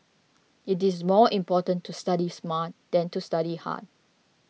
it is more important to study smart than to study hard